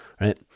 right